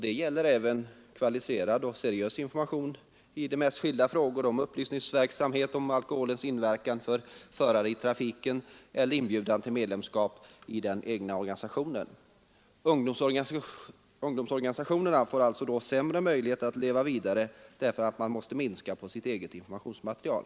Detta gäller då även kvalificerad och seriös information i de mest skilda frågor, såsom t.ex. upplysningsverksamhet om alkoholens inverkan på förare i trafiken eller inbjudan till medlemskap i den egna organisationen. Ungdomsorganisationerna får alltså sämre möjligheter att leva vidare, eftersom de måste minska sitt eget informationsmaterial.